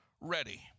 ready